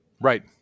Right